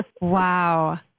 Wow